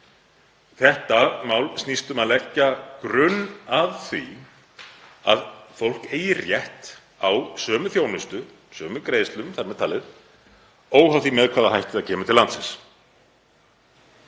Þetta mál snýst um að leggja grunn að því að fólk eigi rétt á sömu þjónustu, sömu greiðslum þar með talið, óháð því með hvaða hætti það kemur til landsins.